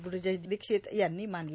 बृजेश दोक्षित यांनी मानले